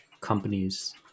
companies